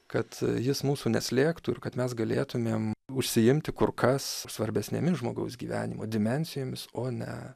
kad jis mūsų neslėgtų ir kad mes galėtumėm užsiimti kur kas svarbesnėmis žmogaus gyvenimo dimensijomis o ne